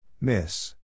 Miss